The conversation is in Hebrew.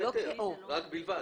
כי קיימת